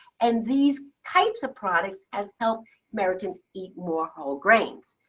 and these types of products has helped americans eat more whole grains.